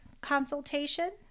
consultation